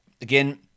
Again